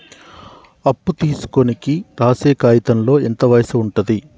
అప్పు తీసుకోనికి రాసే కాయితంలో ఎంత వయసు ఉంటది?